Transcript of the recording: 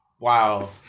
Wow